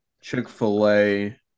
chick-fil-a